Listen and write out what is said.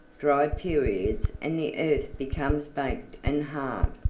dry periods and the earth becomes baked and hard.